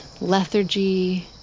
lethargy